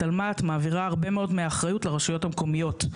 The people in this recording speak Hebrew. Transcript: התלמ"ת מעבירה הרבה מאוד אחריות לרשויות המקומיות,